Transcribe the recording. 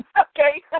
Okay